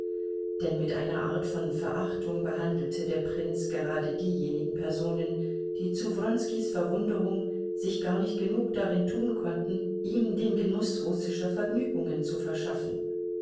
denn mit einer art von verachtung behandelte der prinz gerade diejenigen personen die zu wronskis verwunderung sich gar nicht genug darin tun konnten ihm den genuß russischer vergnügungen zu verschaffen